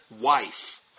wife